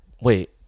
wait